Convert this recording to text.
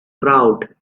crowd